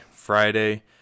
Friday